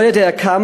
לא יודע כמה,